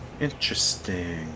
Interesting